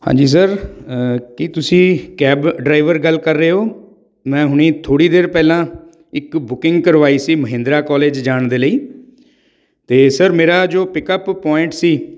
ਹਾਂਜੀ ਸਰ ਕੀ ਤੁਸੀਂ ਕੈਬ ਡਰਾਈਵਰ ਗੱਲ ਕਰ ਰਹੇ ਹੋ ਮੈਂ ਹੁਣੇ ਥੋੜ੍ਹੀ ਦੇਰ ਪਹਿਲਾਂ ਇੱਕ ਬੁਕਿੰਗ ਕਰਵਾਈ ਸੀ ਮਹਿੰਦਰਾ ਕੋਲਜ ਜਾਣ ਦੇ ਲਈ ਤਾਂ ਸਰ ਮੇਰਾ ਜੋ ਪਿਕਅਪ ਪੁਆਇੰਟ ਸੀ